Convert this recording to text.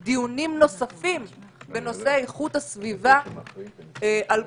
כל דיון שנעשה בנושא איכות הסביבה, ולכן,